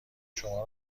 شما